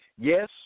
Yes